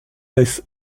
laisse